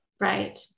Right